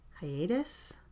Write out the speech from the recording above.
hiatus